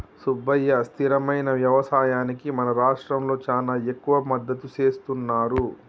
సుబ్బయ్య స్థిరమైన యవసాయానికి మన రాష్ట్రంలో చానా ఎక్కువ మద్దతు సేస్తున్నారు